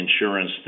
insurance